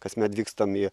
kasmet vykstam į